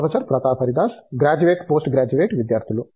professor Pratap Haridas graduate post graduate విద్యార్థులు